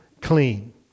clean